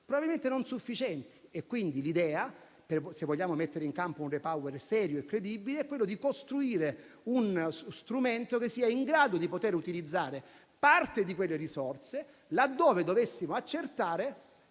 probabilmente non sufficienti. L'idea quindi, se vogliamo mettere in campo un REPower serio e credibile, è quella di costruire uno strumento che sia in grado di utilizzare parte di quelle risorse, laddove dovessimo accertare